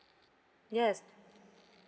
yes